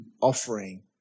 offering